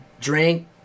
drink